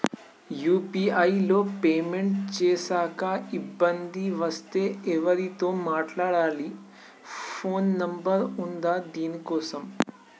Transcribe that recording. UPI లో payment చేశాక ఇబ్బంది వస్తే ఎవరితో మాట్లాడాలి? ఫోన్ నంబర్ ఉందా దీనికోసం?